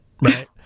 Right